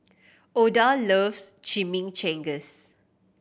Oda loves Chimichangas